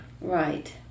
Right